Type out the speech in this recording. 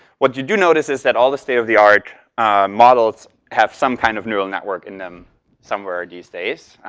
what you do notice is that all the state of the art models have some kind of neural network in them somewhere these days.